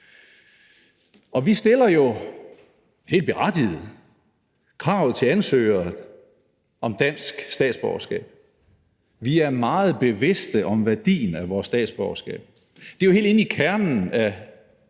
Vi stiller jo helt berettiget krav til ansøgere om dansk statsborgerskab. Vi er meget bevidste om værdien af vores statsborgerskab. Det er jo helt inde i kernen af